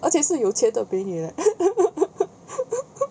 而且是有钱的美女 leh